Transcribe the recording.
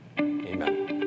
Amen